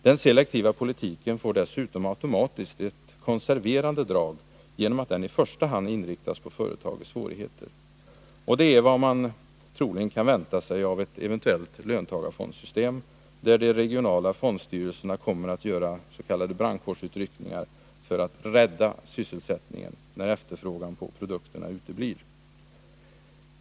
Den selektiva politiken får dessutom automatiskt ett konserverande drag genom att den i första hand inriktas på företag i svårigheter. Det är vad man troligen kan vänta av ett eventuellt ”löntagarfondssystem”, där de regionala fondstyrelserna kommer att göra s.k. brandkårsutryckningar för att ”rädda sysselsättningen” när efterfrågan på produkterna uteblir.